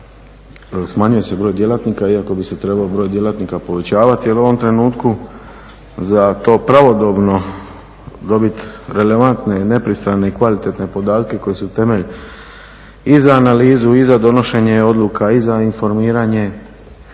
smanjuje se broj djelatnika iako bi se trebao broj djelatnika povećavati jer u ovom trenutku za to pravodobno dobit relevantne i neprestane i kvalitetne podatke koji su temelj i za analizu i za donošenje odluka i za informiranje,